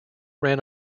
ran